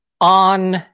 on